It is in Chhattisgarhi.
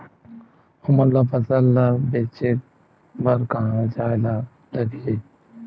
हमन ला फसल ला बेचे बर कहां जाये ला लगही?